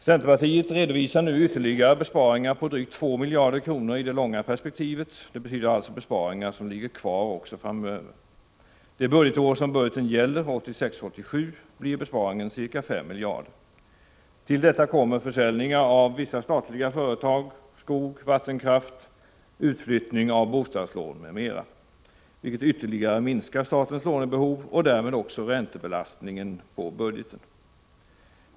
Centerpartiet redovisar nu ytterligare besparingar på drygt 2 miljarder kronor i det långa perspektivet. Det betyder alltså besparingar som ligger kvar också framöver. Det budgetår som budgeten gäller, 1986/87, blir besparingen ca 5 miljarder. Till detta kommer bl.a. försäljningar av vissa statliga företag, skog och vattenkraft samt utflyttning av bostadslån, vilket ytterligare minskar statens lånebehov och därmed också räntebelastningen på budgeten.